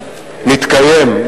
מתקיים,